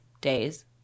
days